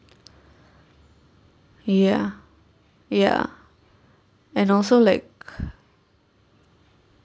ya ya and also like